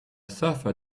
surfer